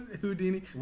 Houdini